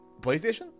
PlayStation